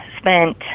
spent